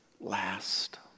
last